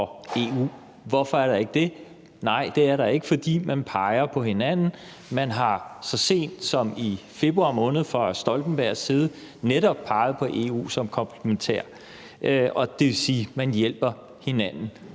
Hvorfor er der ikke det? Det er der ikke, fordi man peger på hinanden. Man har så sent som i februar måned fra Stoltenbergs side netop peget på EU som komplementær, og det vil sige, at man hjælper hinanden.